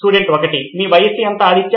student 1 మీ వయసు ఎంత ఆదిత్య